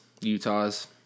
Utahs